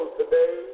today